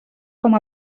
com